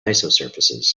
isosurfaces